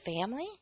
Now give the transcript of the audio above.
family